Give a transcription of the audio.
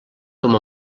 com